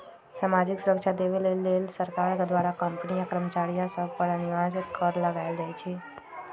सामाजिक सुरक्षा देबऐ लेल सरकार द्वारा कंपनी आ कर्मचारिय सभ पर अनिवार्ज कर लगायल जाइ छइ